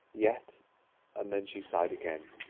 yet and then she sighed again